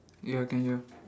ya I can hear